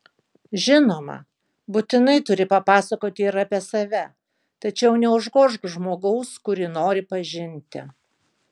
žinoma būtinai turi papasakoti ir apie save tačiau neužgožk žmogaus kurį nori pažinti